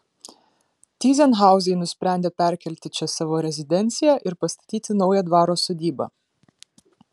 tyzenhauzai nusprendė perkelti čia savo rezidenciją ir pastatyti naują dvaro sodybą